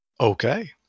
Okay